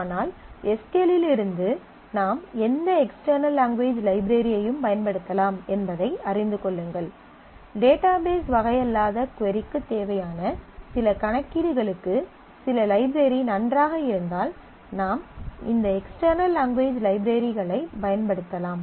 ஆனால் S Q L இலிருந்து நாம் எந்த எக்ஸ்டெர்னல் லாங்குவேஜ் லைப்ரரியையும் பயன்படுத்தலாம் என்பதை அறிந்து கொள்ளுங்கள் டேட்டாபேஸ் வகை அல்லாத கொரிக்குத் தேவையான சில கணக்கீடுகளுக்கு சில லைப்ரரி நன்றாக இருந்தால் நாம் இந்த எக்ஸ்டெர்னல் லாங்குவேஜ் லைப்ரரிகளைப் பயன்படுத்தலாம்